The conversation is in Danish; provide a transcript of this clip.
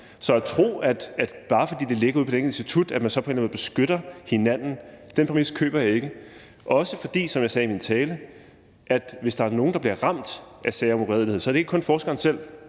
Så at tro, at man, bare fordi det ligger ude på det enkelte institut, så på en eller anden måde beskytter hinanden, er en præmis, jeg ikke køber – også fordi, som jeg sagde i min tale, at hvis der er nogen, der bliver ramt af sager om uredelighed, så er det ikke kun forskeren selv;